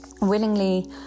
willingly